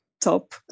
top